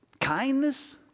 Kindness